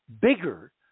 bigger